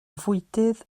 fwydydd